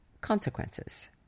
consequences